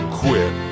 quit